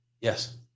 Yes